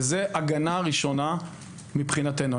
זו הגנה ראשונה מבחינתנו.